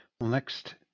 Next